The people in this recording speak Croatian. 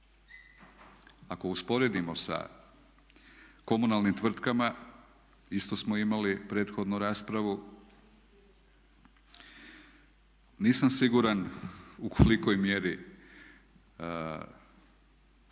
Ako usporedimo sa komunalnim tvrtkama isto smo imali prethodnu raspravu. Nisam siguran u kolikoj mjeri